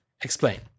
explain